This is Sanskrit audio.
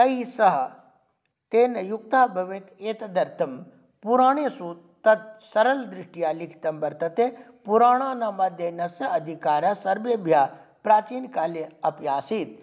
तैः सह तेन युक्तः भवेत् एतदर्थं पुराणेषु तद् सरलदृष्ट्या लिखितं वर्तते पुराणानामध्ययनस्य अधिकारः सर्वेभ्यः प्राचीनकाले अपि आसीत्